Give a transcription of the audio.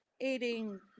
eating